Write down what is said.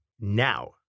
Now